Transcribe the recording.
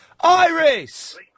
Iris